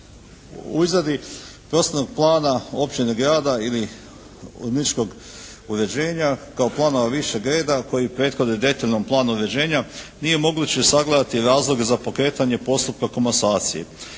U izradi prostornog plana općine, grada ili urbanističkog uređenja kao plana višeg reda koji prethode detaljnom planu uređenja nije moguće sagledati razloge za pokretanje postupka komasacije.